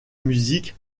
musique